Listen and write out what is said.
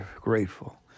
grateful